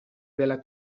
della